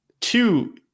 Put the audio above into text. two